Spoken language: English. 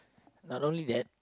not only that